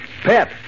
PEP